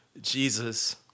Jesus